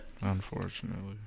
Unfortunately